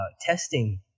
testing